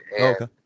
Okay